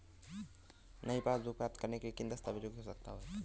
नई पासबुक प्राप्त करने के लिए किन दस्तावेज़ों की आवश्यकता होती है?